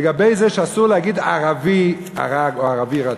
לגבי זה שאסור להגיד "ערבי הרג" או "ערבי רצח".